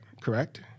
correct